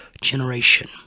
generation